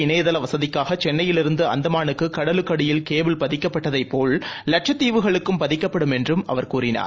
இணையதளவசதிக்காக சென்னையிலிருந்துஅந்தமானுக்குகடலுக்கடியில் அதிவேக கேபிள் பதிக்கப்பட்டதைப்போல் லட்சத்தீவுகளுக்கும் பதிக்கப்படும் என்றுஅவர் கூறினார்